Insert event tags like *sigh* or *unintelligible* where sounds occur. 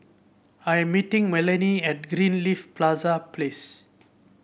I'm meeting Melanie at Greenleaf *unintelligible* place